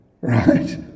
Right